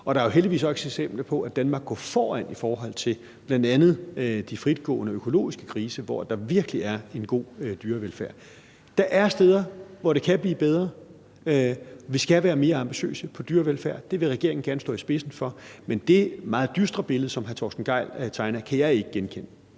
og der er jo heldigvis også eksempler på, at Danmark går foran, bl.a. i forhold til de fritgående økologiske grise, som virkelig har en god dyrevelfærd. Der er steder, hvor det kan blive bedre. Vi skal være mere ambitiøse på dyrevelfærden, det vil regeringen gerne stå i spidsen for, men det meget dystre billede, som hr. Torsten Gejl tegner, kan jeg ikke genkende.